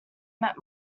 met